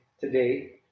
today